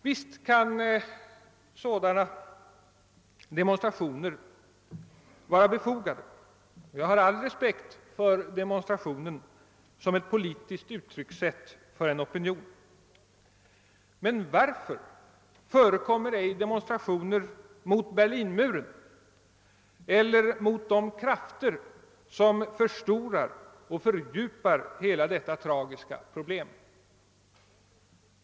Visst kan sådana demonstrationer vara befogade — jag har all respekt för demonstrationen som ett politiskt uttryckssätt för en opinion -— men varför förekommer ej demonstrationer mot Berlinmuren eller mot de krafter som förstorar och fördjupar hela detta tragiska problem?